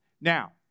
Now